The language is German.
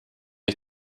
ich